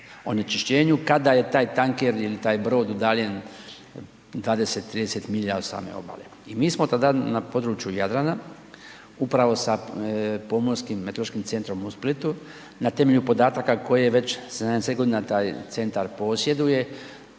onečišćenju kada je taj tanker ili taj brod udaljen 20, 30 milja od same obale. I mi smo tada na području Jadrana upravo sa Pomorskim meteorološkim centrom u Splitu na temelju podataka koje već 70 godina taj centar posjeduje,